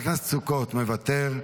מוותר,